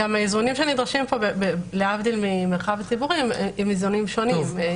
גם האיזונים שנדרשים פה להבדיל מהמרחב הציבורי הם איזונים שונים.